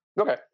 Okay